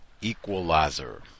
equalizer